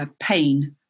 pain